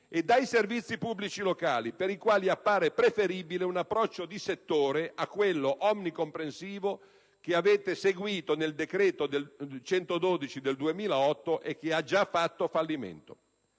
e dei servizi pubblici locali, per i quali appare preferibile un approccio di settore a quello onnicomprensivo che avete seguito nel decreto n. 112 del 2008 e che ha già fatto fallimento.